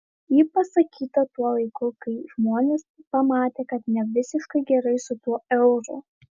ji pasakyta tuo laiku kai žmonės pamatė kad ne visiškai gerai su tuo euru